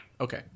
okay